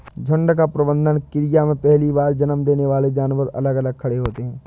झुंड का प्रबंधन क्रिया में पहली बार जन्म देने वाले जानवर अलग खड़े होते हैं